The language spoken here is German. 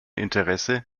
interesse